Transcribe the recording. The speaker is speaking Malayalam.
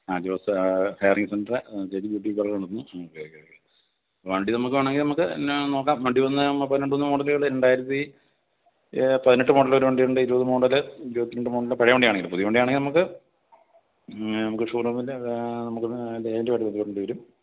ആ ജോസ് ഹൈഡ്രോളിക് സെൻറ്റർ ചേച്ചി ബ്യൂട്ടി പാർലർ നടത്തുന്നു ഓക്കെ ഓക്കെ ഓക്കെ വണ്ടി നമുക്ക് വേണമെങ്കിൽ നമുക്ക് പിന്നെ നോക്കാം വണ്ടി ഒന്ന് രണ്ടു മൂന്ന് മോഡലുകൾ രണ്ടായിരത്തി പതിനെട്ട് മോഡൽ ഒരു വണ്ടി ഉണ്ടായിരുന്നു ഇരുപത് മോഡൽ ഇരുപത്തി രണ്ട് മോഡൽ പഴയ വണ്ടിയാണെങ്കിൽ പുതിയ വണ്ടി ആണെങ്കിൽ നമുക്ക് നമുക്ക് ഷോ റൂമിൽ നിന്ന് നമുക്ക് ഡയറക്ടറുമായിട്ട് ബന്ധപ്പെടേണ്ടി വരും